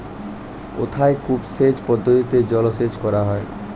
কোথায় কূপ সেচ পদ্ধতিতে জলসেচ করা হয়?